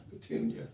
Petunia